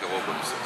אתם